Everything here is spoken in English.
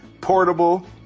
Portable